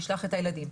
ישלח את הילדים.